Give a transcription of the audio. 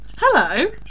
Hello